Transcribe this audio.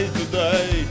today